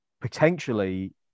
potentially